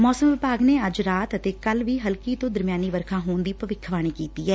ਮੌਸਮੱ ਵਿਭਾਗ ਨੇ ਅੱਜ ਰਾਤ ਅਤੇ ਕੱਲ ਵੀ ਹਲਕੀ ਤੋਂ ਦਰਮਿਆਨੀ ਵਰਖਾ ਹੋਣ ਦੀ ਭਵਿੱਖਬਾਣੀ ਕੀਤੀ ਐ